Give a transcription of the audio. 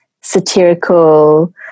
satirical